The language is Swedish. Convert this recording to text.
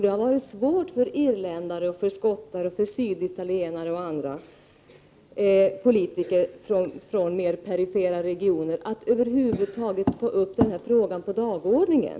Det har varit svårt för irländska, skotska, syditalienska och andra politiker från mera perifera regioner att över huvud taget få upp denna fråga på dagordningen.